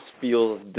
feels